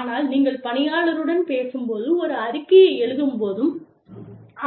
ஆனால் நீங்கள் பணியாளருடன் பேசும்போது ஒரு அறிக்கையை எழுதும் போதும்